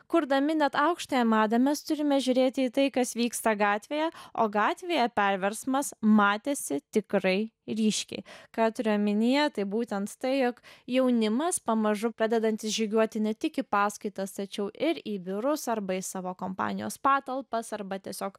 kurdami net aukštąją madą mes turime žiūrėti į tai kas vyksta gatvėje o gatvėje perversmas matėsi tikrai ryškiai ką turiu omenyje tai būtent tai jog jaunimas pamažu pradedantys žygiuoti ne tik į paskaitas tačiau ir į biurus arba į savo kompanijos patalpas arba tiesiog